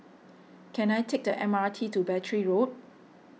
can I take the M R T to Battery Road